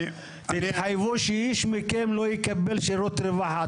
תתחייבו שאיש מכם לא יקבל שירות רווחה.